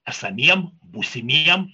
esamiem būsimiem